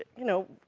you know,